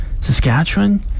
Saskatchewan